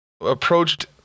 approached